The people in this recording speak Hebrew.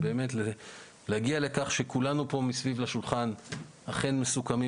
ושנגיע לכך שכולנו מסביב לשולחן אכן מסוכמים